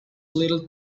little